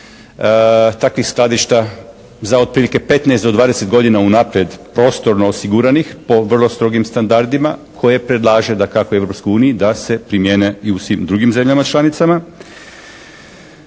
takvih skladišta za otprilike 15 do 20 godina unaprijed prostorno osiguranih po vrlo strogim standardima koje predlaže dakako Europskoj uniji da se primijene i u svim drugim zemljama članicama.